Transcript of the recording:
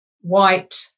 white